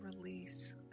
release